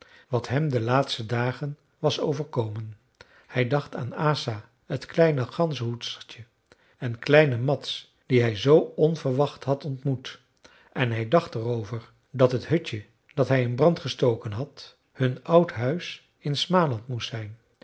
wat hem de laatste dagen was overkomen hij dacht aan asa t kleine ganzenhoedstertje en kleine mads die hij zoo onverwacht had ontmoet en hij dacht er over dat het hutje dat hij in brand gestoken had hun oud huis in smaland moest zijn